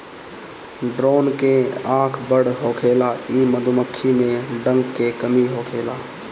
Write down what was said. drone के आँख बड़ होखेला इ मधुमक्खी में डंक के कमी होखेला